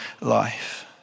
life